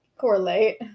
correlate